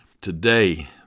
today